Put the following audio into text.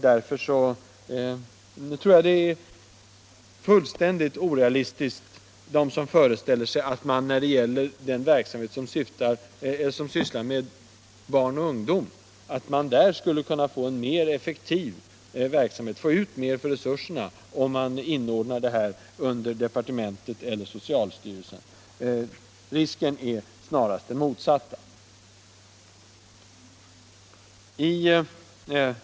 Därför tror jag det är fullständigt orealistiskt att föreställa sig, att man när det gäller den verksamhet som sysslar med barn och ungdom skulle kunna få ut mer av resurserna om man inordnar detta under departementet eller socialstyrelsen. Risken är snarast den motsatta.